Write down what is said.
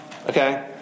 Okay